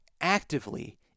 actively